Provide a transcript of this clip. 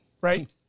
Right